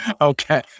Okay